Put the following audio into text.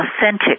authentic